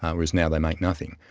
whereas now they make nothing.